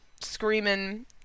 screaming